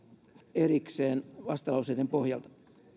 erikseen vastalauseiden pohjalta